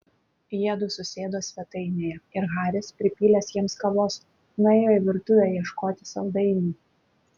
jiedu susėdo svetainėje ir haris pripylęs jiems kavos nuėjo į virtuvę ieškoti saldainių